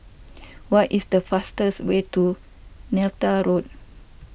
what is the fastest way to Neythal Road